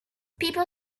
people